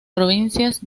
provincias